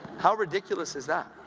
how ridiculous is that?